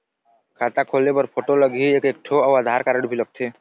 खाता खोले बर फोटो लगही एक एक ठो अउ आधार कारड भी लगथे?